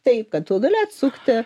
taip kad gali atsukti